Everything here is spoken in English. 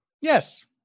Yes